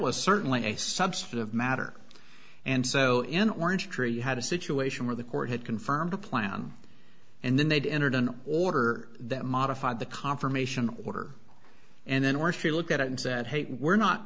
was certainly a substantive matter and so in orange tree you had a situation where the court had confirmed a plan and then they'd entered an order that modified the confirmation order and then where she looked at it and said hey we're not